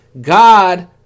God